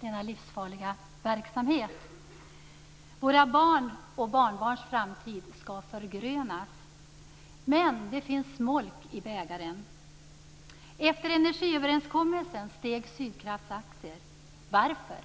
Denna livsfarliga verksamhet skall bort. Våra barns och barnbarns framtid skall förgrönas. Men det finns smolk i bägaren. Efter energiöverenskommelsen steg Sydkrafts aktier. Varför?